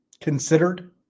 considered